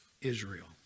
Israel